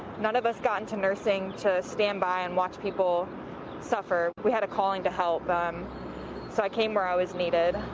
none of us got into nursing to stand by and watch people suffer. we had a calling to help um so i came where i was needed.